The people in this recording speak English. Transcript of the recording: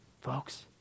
folks